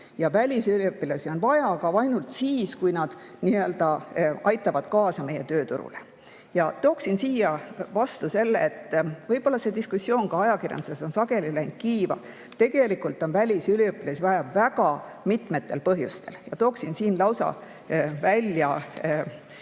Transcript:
ja välisüliõpilasi on vaja, aga ainult siis, kui nad nii-öelda aitavad kaasa meie tööturule. Tooksin siia vastu selle, et võib-olla see diskussioon on ka ajakirjanduses sageli läinud kiiva. Tegelikult on välisüliõpilasi vaja väga mitmel põhjusel ja toon siin kiiresti välja